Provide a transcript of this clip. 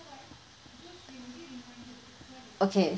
okay